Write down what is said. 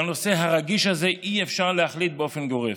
בנושא הרגיש הזה אי-אפשר להחליט באופן גורף.